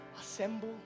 Assemble